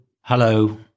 Hello